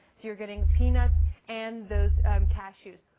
you're getting peanuts and those cash shoes.